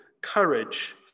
courage